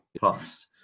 past